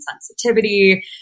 sensitivity